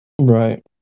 Right